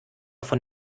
von